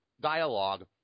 dialogue